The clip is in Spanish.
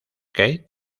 kate